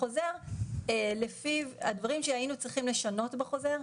החוזר לפי הדברים שהיינו צריכים לשנות בחוזר,